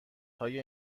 های